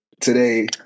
today